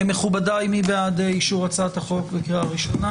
מכובדיי, מי בעד אישור הצעת החוק לקריאה ראשונה?